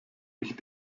ich